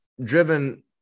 driven